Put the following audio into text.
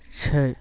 छै